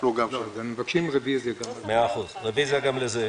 אנחנו מבקשים רביזיה גם על זה.